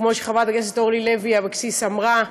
כמו שחברת הכנסת אורלי לוי אבקסיס אמרה,